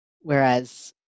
Whereas